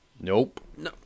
Nope